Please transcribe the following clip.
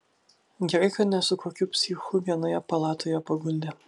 gerai kad ne su kokiu psichu vienoje palatoje paguldė